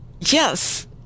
yes